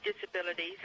disabilities